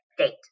state